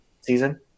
season